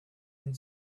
and